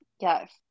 Yes